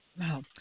Wow